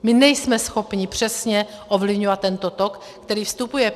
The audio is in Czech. My nejsme schopni přesně ovlivňovat tento tok, který vstupuje.